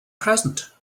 present